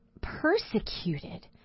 persecuted